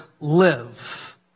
live